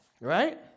Right